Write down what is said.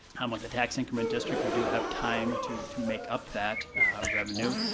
um with the tax increment district, we do have time to to make up that revenue.